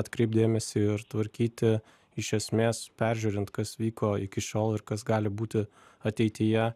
atkreipt dėmesį ir tvarkyti iš esmės peržiūrint kas vyko iki šiol ir kas gali būti ateityje